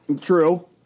true